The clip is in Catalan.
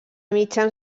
mitjans